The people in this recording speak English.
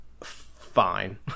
fine